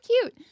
cute